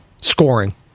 Scoring